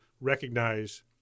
recognize